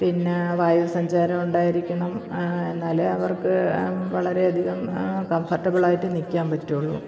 പിന്നേ വായു സഞ്ചാരം ഉണ്ടാരിക്കണം എന്നാലെ അവർക്ക് വളരെ അധികം കംഫർട്ടബിൾ ആയിട്ട് നിൽക്കാൻ പറ്റുകയുള്ളു